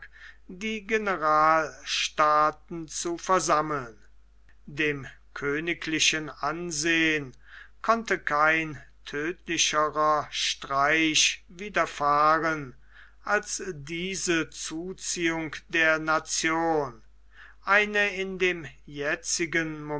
die generalstaaten zu versammeln dem königlichen ansehen konnte kein tödlicherer streich widerfahren als diese zuziehung der nation eine in dem jetzigen